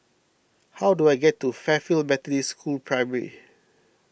how do I get to Fairfield Methodist School Primary